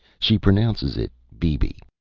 she pronounces it beeby.